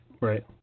Right